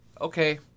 Okay